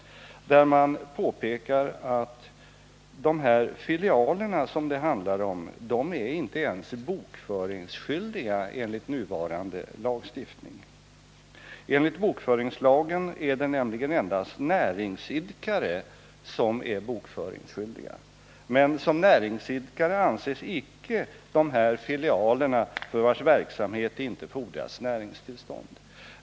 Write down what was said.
Man framhåller att de här filialerna, som det handlar om, inte ens är bokföringsskyldiga enligt nuvarande lagstiftning. Enligt bokföringslagen är det nämligen endast näringsidkare som är bokföringsskyldiga. Men som näringsidkare betraktas icke dessa filialer, för vilkas verksamhet det inte fordras näringstillstånd.